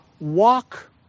walk